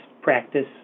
practice